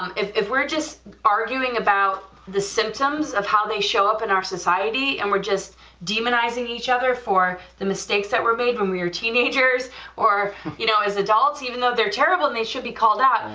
um if if we're just arguing about the symptoms of how they show up in our society, and we're just demonizing each other for the mistakes that were made when we were teenagers or you know as adults even though they're terrible, and they should be called out,